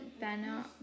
banner